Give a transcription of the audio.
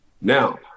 Now